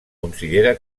considera